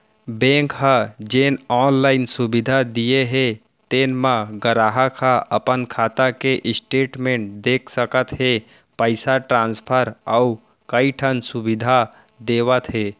bank ह जेन online सुबिधा दिये हे तेन म गराहक ह अपन खाता के स्टेटमेंट देख सकत हे, पइसा ट्रांसफर अउ कइ ठन सुबिधा देवत हे